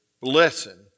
blessing